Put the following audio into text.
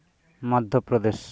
Madhya Pradesh